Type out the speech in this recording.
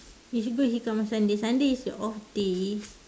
is it good he come on Sunday Sunday is your off day